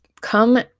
come